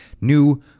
new